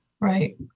Right